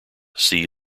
see